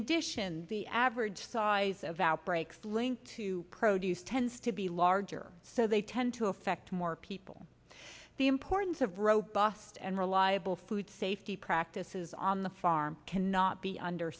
addition the average size of outbreaks linked to produce tends to be larger so they tend to affect more people the importance of robust and reliable food safety practices on the farm cannot be under